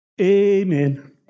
Amen